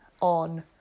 on